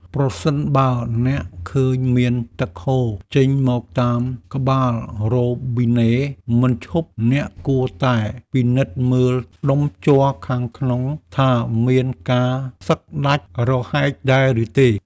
ប្រសិនបើអ្នកឃើញមានទឹកហូរចេញមកតាមក្បាលរ៉ូប៊ីណេមិនឈប់ អ្នកគួរតែពិនិត្យមើលដុំជ័រខាងក្នុងថាមានការសឹកដាច់រហែកដែរឬទេ។